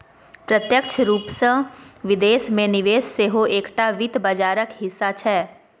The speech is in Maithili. प्रत्यक्ष रूपसँ विदेश मे निवेश सेहो एकटा वित्त बाजारक हिस्सा छै